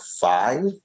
five